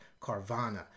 Carvana